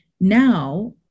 Now